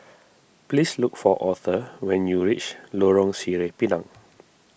please look for Author when you reach Lorong Sireh Pinang